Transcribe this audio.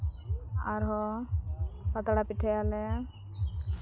ᱟᱨᱦᱚᱸ ᱯᱟᱛᱲᱟ ᱯᱤᱴᱷᱟᱹᱭᱟᱞᱮ